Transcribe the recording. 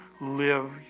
live